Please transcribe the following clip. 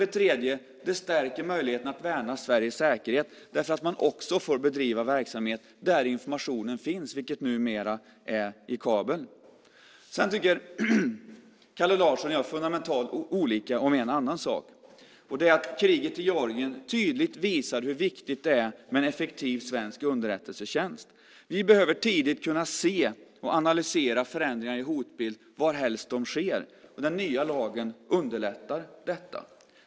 Den stärker också möjligheten att värna Sveriges säkerhet därför att man också får bedriva verksamhet där informationen finns, vilket numera är i kabel. Sedan tycker Kalle Larsson och jag fundamentalt olika om en annan sak. Det är att kriget i Georgien tydligt visar hur viktigt det är med en effektiv svensk underrättelsetjänst. Vi behöver tidigt kunna se och analysera förändringar i hotbilden varhelst de sker. Den nya lagen underlättar detta.